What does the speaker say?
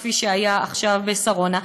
כפי שהיה עכשיו בשרונה,